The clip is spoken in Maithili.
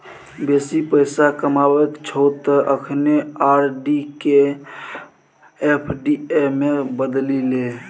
बेसी पैसा कमेबाक छौ त अखने आर.डी केँ एफ.डी मे बदलि ले